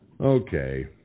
Okay